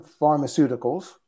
pharmaceuticals